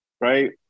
Right